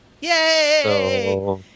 Yay